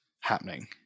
happening